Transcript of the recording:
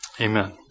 Amen